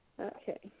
Okay